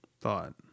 thought